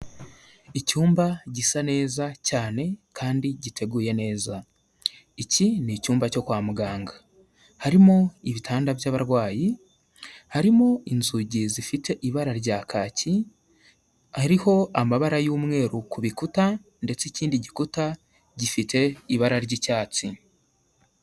Icyumba gisa neza cyane kandi giteguye neza. Iki ni cyumba cyo kwa muganga. Harimo ibitanda by'abarwayi, harimo inzugi zifite ibara rya kaki, hariho amabara y'umweru ku bikuta ndetse ikindi gikuta gifite ibara ry'icyatsi.